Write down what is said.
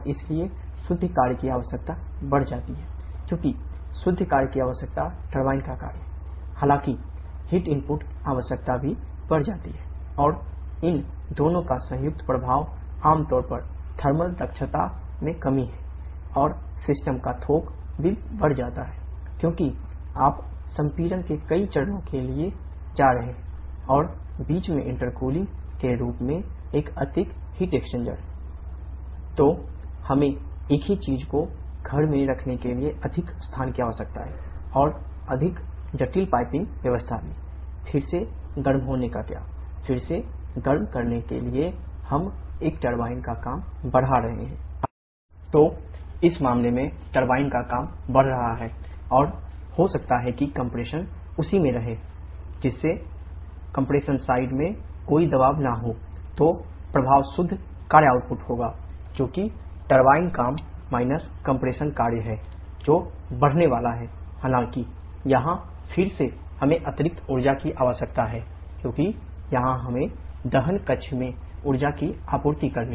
इसलिए हमें एक ही चीज़ को रखने के लिए अधिक स्थान की आवश्यकता है और अधिक जटिल पाइपिंग में ऊर्जा की आपूर्ति करनी है